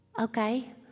okay